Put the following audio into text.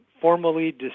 formally